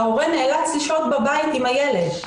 ההורה נאלץ לשהות בבית עם הילד,